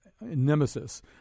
nemesis